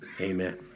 Amen